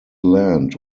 land